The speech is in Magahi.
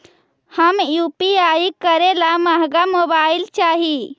हम यु.पी.आई करे ला महंगा मोबाईल चाही?